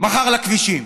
מחר לכבישים.